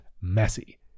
messy